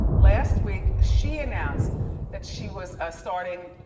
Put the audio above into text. last week, she announced that she was ah starting